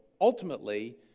ultimately